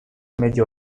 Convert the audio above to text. medio